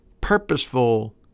purposeful